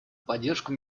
поддержку